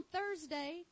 Thursday